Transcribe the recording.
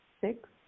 six